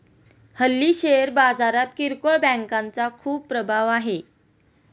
हल्ली शेअर बाजारात किरकोळ बँकांचा खूप प्रभाव आहे